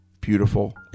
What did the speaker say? beautiful